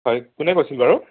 হয় কোনে কৈছিল বাৰু